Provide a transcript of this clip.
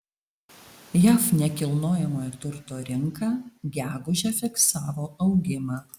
jav nekilnojamojo turto rinka gegužę fiksavo augimą